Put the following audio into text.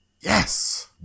Yes